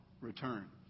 return